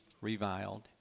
reviled